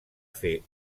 fer